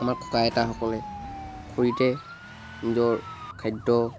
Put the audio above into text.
আমাৰ ককা আইতাসকলে খৰিতে নিজৰ খাদ্য